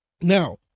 now